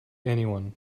anyone